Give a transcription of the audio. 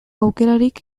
aukerarik